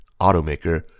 automaker